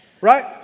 Right